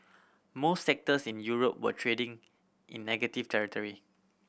most sectors in Europe were trading in negative territory